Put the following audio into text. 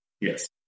Yes